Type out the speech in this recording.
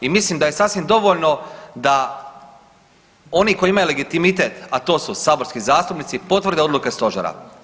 I mislim da je sasvim dovoljno da oni koji imaju legitimitet a to su saborski zastupnici potvrde odluke Stožera.